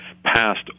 passed